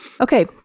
Okay